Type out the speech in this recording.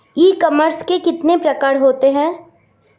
ई commerce के कितने प्रकार होते हैं?